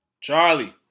Charlie